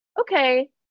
okay